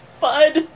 Bud